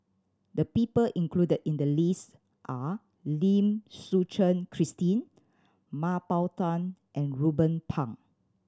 the people included in the list are Lim Suchen Christine Mah Bow Tan and Ruben Pang